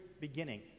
beginning